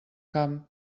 camp